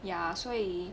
ya 所以